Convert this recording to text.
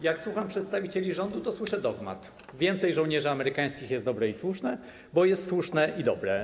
Jak słucham przedstawicieli rządu, to słyszę dogmat: jak jest więcej żołnierzy amerykańskich, to jest to dobre i słuszne, bo jest słuszne i dobre.